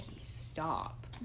stop